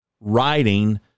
writing